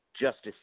justice